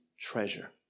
treasure